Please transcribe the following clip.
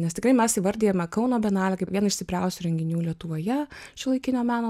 nes tikrai mes įvardijame kauno bienalę kaip vieną iš stipriausių renginių lietuvoje šiuolaikinio meno